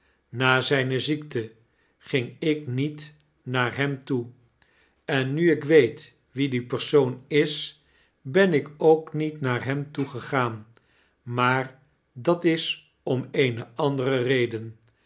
na zijne ziekte ging ik niet naar hem toe en nu ik weet wie die persoon is ben ik ook niet naar hem toe gegaan maar dat is om eene andere reden